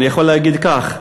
אני יכול להגיד כך: